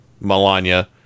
Melania